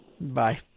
Bye